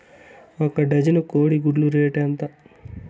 ఒక డజను కోడి గుడ్ల రేటు ఎంత?